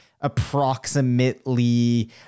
approximately